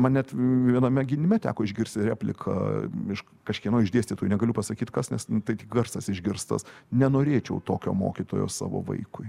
man net viename gynime teko išgirsti repliką iš kažkieno iš išdėstytų negaliu pasakyt kas nes nu tai tik garsas išgirstas nenorėčiau tokio mokytojo savo vaikui